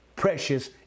precious